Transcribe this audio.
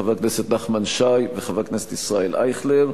חבר הכנסת נחמן שי וחבר הכנסת ישראל אייכלר.